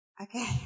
Okay